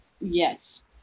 Yes